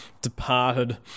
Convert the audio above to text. departed